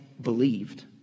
believed